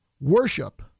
worship